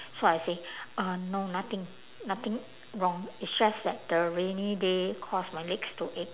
so I say uh no nothing nothing wrong it's just that the rainy day cause my legs to ache